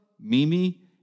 Mimi